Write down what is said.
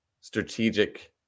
strategic